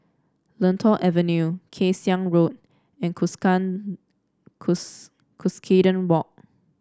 Lentor Avenue Kay Siang Road and Cuscaden Walk